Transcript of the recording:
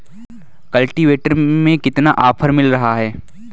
Cultivator में कितना offer मिल रहा है?